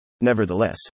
Nevertheless